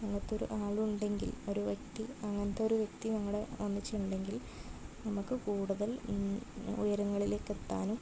അങ്ങനത്തെ ഒരാളുണ്ടെങ്കിൽ ഒരു വ്യക്തി അങ്ങനത്തെ ഒരു വ്യക്തി നമ്മുടെ ഒന്നിച്ചുണ്ടെങ്കിൽ നമുക്ക് കൂടുതൽ ഉയരങ്ങളിലേക്കെത്താനും